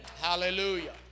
Hallelujah